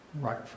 right